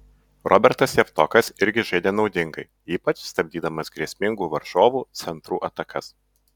robertas javtokas irgi žaidė naudingai ypač stabdydamas grėsmingų varžovų centrų atakas